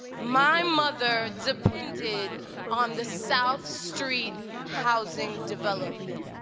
my mother depended on the south street housing development.